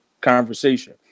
conversation